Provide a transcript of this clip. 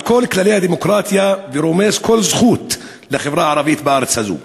על כל כללי הדמוקרטיה ורומס כל זכות של החברה הערבית בארץ הזאת.